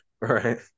Right